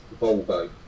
Volvo